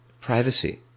privacy